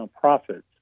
profits